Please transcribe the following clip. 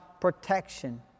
protection